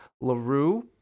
Larue